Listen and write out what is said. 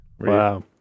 Wow